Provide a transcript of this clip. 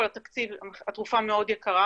התרופה מאוד יקרה,